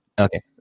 Okay